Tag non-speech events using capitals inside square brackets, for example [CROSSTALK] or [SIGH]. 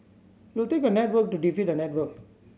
[UNINTELLIGIBLE] take a network to defeat a network